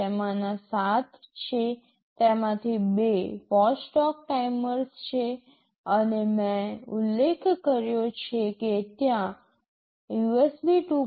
તેમાંના ૭ છે તેમાંથી બે વોચડોગ ટાઈમર્સ છે અને મેં ઉલ્લેખ કર્યો છે કે ત્યાં USB 2